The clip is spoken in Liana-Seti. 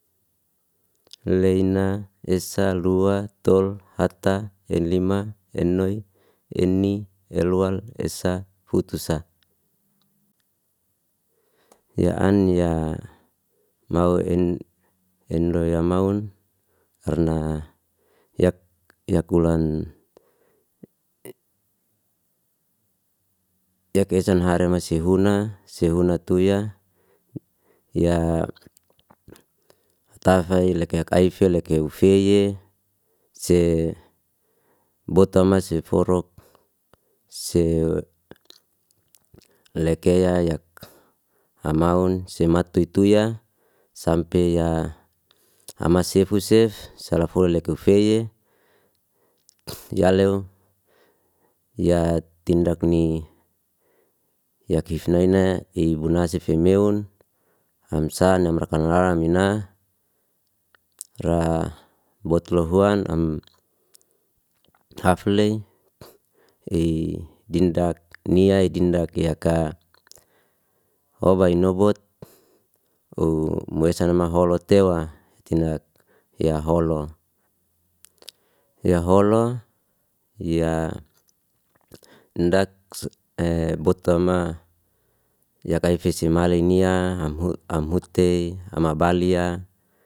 Leina, esa, lua, tol, hatta, enlima, ennoi, eni, eluwal, esa, futusa. Ya'an ya mawa enloi ya maun, irna yak- yak ulan, yak esan harema sihuna, sihuna tuya, ya tafai lakai kaife lakai ufeye, se botama seforuk, se lekeya yak amaun, sema tut- tuya, sampi ya amasefusef, salafoli kufeye, ya lew, ya tindakni ya kifnaina ibunasife meun, amsana amra kara mina, ra botu lohuan am haflei, i dindak niya dindak yaka hoba inobut, hu moye esa nama holo tewa dindak ya holo. Ya holo, ya tindak botama, ya kaife simalinia, am hute am abalia.